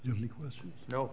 you know